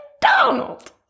Donald